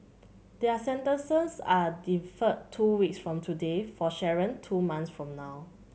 their sentences are deferred two weeks from today for Sharon two months from now